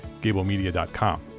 Gablemedia.com